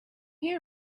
hear